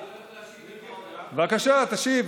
אני הולך להשיב לך, בבקשה, תשיב.